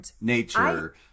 nature